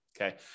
okay